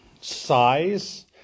size